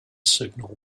signal